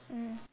mm